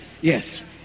Yes